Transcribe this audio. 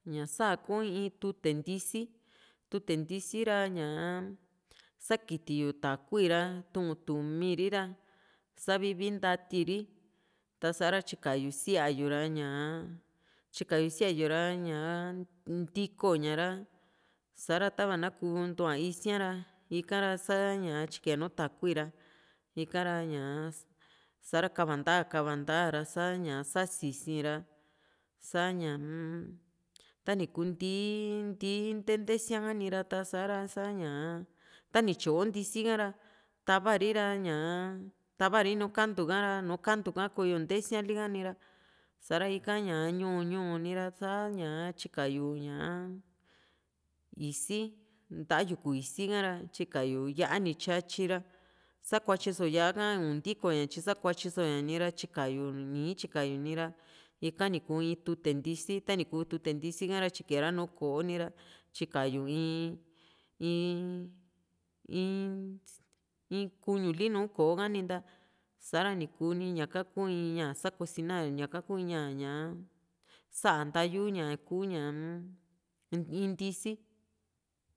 ña sa´a kuu in tute ntisi tute ntisi ra ña sakitiyu takui ra tuu´n tumiri ra sa vii vii ntate ri ta sa´ra tyikayu siayu ra ñaa tyikayu siayu ra ñaa ntiko ña ra sa´ra tava na kuu ntua isíaa ra ika ra sa ña tyika yu ña nuu takui ra ikara ñaa sa´ra kava nta´a kava nta´a ra sa ñaa sasi´si ra sañaa-m tanu ntii ntee ntesia kanira ta sa ñaa ta ni tyo ntisi ka ra tavari ra ñaa tavari nùù kantu ka´ra nu kantu koyo ntesiali ka ni´ra sa´ra ika ñu´ñu nira sa´a ña tyikayu ñaa isi nta yuku isika ra tyikayu yá´a ni tyatyi ra sakuatyi so yá´a ka ni ntiko ña tyi sakuatyi so´ña nira tyikayu iin tyikayu nira ika ni kuu in tute ntisi tani kuu tute ntisi ka ra tyikayu ra nùù k´o ni ra tyika yu in in in in kuñuli nùù ko´o ha ninta sa´ra ni kuu ni kuu ñaka ku in ña sa kosinar yu ñaka kuu in ña na ñaa sa´a ntayu ña kuu ña in ntisi